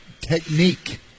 technique